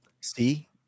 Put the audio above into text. see